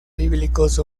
bíblicos